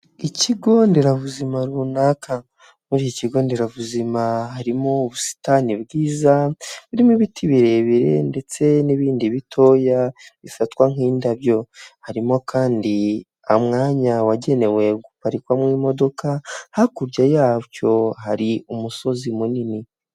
Ikigo nderabuzima runaka, muri iki kigo nderabuzima harimo ubusitani bwiza birimo ibiti birebire ndetse n'ibindi bitoya bifatwa nk'indabyo, harimo kandi umwanya wagenewe guparikwamo imodoka, hakurya yabyo hari umusozi munini.